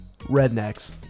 Rednecks